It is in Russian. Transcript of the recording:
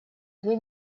две